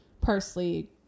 parsley